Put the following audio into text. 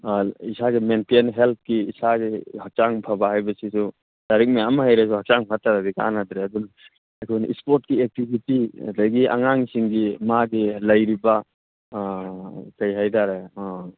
ꯏꯁꯥꯒꯤ ꯃꯦꯟꯇꯦꯜ ꯍꯦꯜꯊꯀꯤ ꯏꯁꯥꯒꯤ ꯍꯛꯆꯥꯡ ꯐꯕ ꯍꯥꯏꯕꯁꯤꯁꯨ ꯂꯥꯏꯔꯤꯛ ꯃꯌꯥꯝ ꯍꯩꯔꯁꯨ ꯍꯛꯆꯥꯡ ꯐꯠꯇ꯭ꯔꯗꯤ ꯀꯥꯟꯅꯗ꯭ꯔꯦ ꯑꯗꯨꯅ ꯑꯩꯈꯣꯏꯅ ꯁ꯭ꯄꯣꯔꯠꯀꯤ ꯑꯦꯛꯇꯤꯚꯤꯇꯤ ꯑꯗꯒꯤ ꯑꯉꯥꯡꯁꯤꯡꯒꯤ ꯃꯥꯒꯤ ꯂꯩꯔꯤꯕ ꯀꯔꯤ ꯍꯥꯏ ꯇꯥꯔꯦ